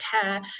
care